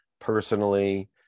personally